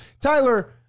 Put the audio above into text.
Tyler